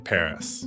Paris